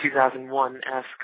2001-esque